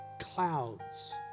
clouds